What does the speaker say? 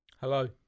Hello